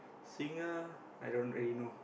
singer I don't really know